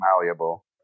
malleable